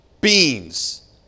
beans